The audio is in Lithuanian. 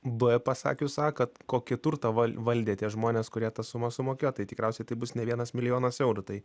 b pasakius a kad kokį turtą val valdė tie žmonės kurie tą sumą sumokėjo tai tikriausiai tai bus ne vienas milijonas eurų tai